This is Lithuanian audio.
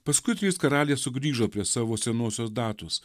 paskui trys karaliai sugrįžo prie savo senosios datos